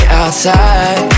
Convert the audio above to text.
outside